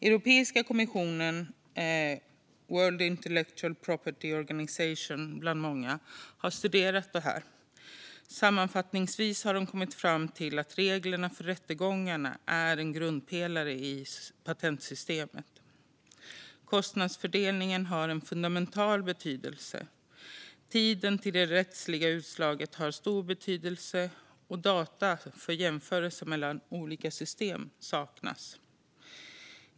Europeiska kommissionen och World Intellectual Property Organization bland många andra har studerat dessa frågor. Sammanfattningsvis har de kommit fram till att reglerna för rättegångar är en grundpelare i ett patentsystem, att kostnadsfördelning har en fundamental betydelse och att tiden till det rättsliga utslaget har stor betydelse men också att data för jämförelse mellan olika system saknas.